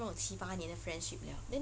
七八年的 friendship liao